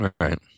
Right